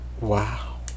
wow